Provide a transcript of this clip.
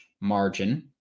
margin